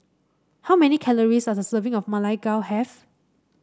how many calories does a serving of Ma Lai Gao have